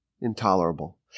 intolerable